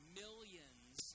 millions